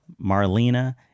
Marlena